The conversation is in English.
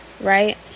right